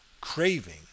craving